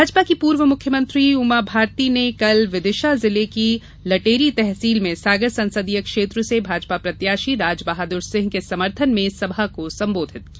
भाजपा की पूर्व मुख्य मंत्री उमाभारती ने कल विदिशा जिले की लटेरी तहसील में सागर संसदीय क्षेत्र से भाजपा प्रत्याशी राजबहाद्र सिंह के समर्थन में सभा को संबोधित किया